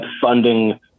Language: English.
funding